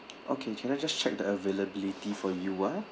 okay can I just check the availability for you ah